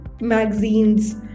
magazines